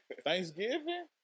Thanksgiving